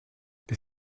les